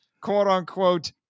quote-unquote